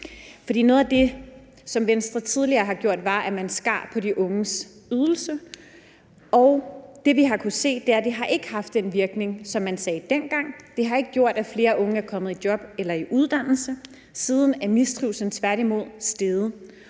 noget af det, som Venstre tidligere har gjort, var, at man skar i de unges ydelse, og det, vi har kunnet se, er, at det ikke har haft den virkning, som man dengang sagde det ville have. Det har ikke gjort, at flere unge er kommet i job eller i uddannelse. Siden er mistrivslen tværtimod steget.